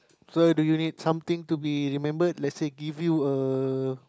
so do you need something to be remembered let's say give you a